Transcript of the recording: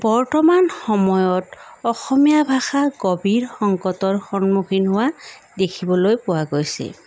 বৰ্ত্তমান সময়ত অসমীয়া ভাষা গভীৰ সংকটৰ সন্মুখীন হোৱা দেখিবলৈ পোৱা গৈছে